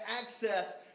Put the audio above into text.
access